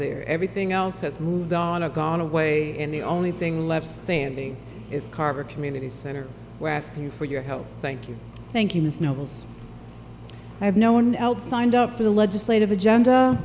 there everything else has moved on and gone away and the only thing left standing is carver community center where i ask you for your help thank you thank you ms nobles i have no one else signed up for the legislative agenda